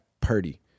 Purdy